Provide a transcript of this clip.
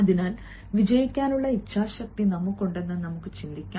അതിനാൽ വിജയിക്കാനുള്ള ഇച്ഛാശക്തി നമുക്കുണ്ടെന്ന് നമുക്ക് ചിന്തിക്കാം